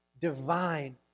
divine